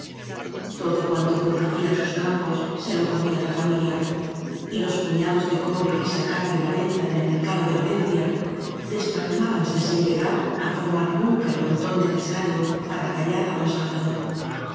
todo cuanto producían sus campos se lo comía la familia y los puñados de cobre que sacaba de la venta en el mercado ele valencia desparramábanse sin llegar á formar nunca el montón necesario para acallar á don salvador